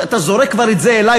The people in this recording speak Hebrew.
כשאתה זורק כבר את זה אלי,